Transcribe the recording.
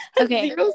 okay